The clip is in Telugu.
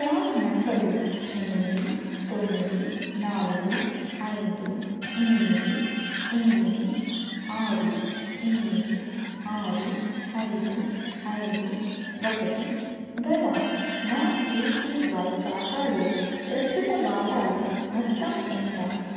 ప్రాన్ నంబరు ఎనిమిది తొమ్మిది నాలుగు ఐదు ఎనిమిది ఎనిమిది ఆరు ఎనిమిది ఆరు ఐదు ఐదు ఒకటి గల నా ఏపివై ఖాతాలో ప్రస్తుత వాటాలు మొత్తం ఎంత